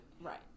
right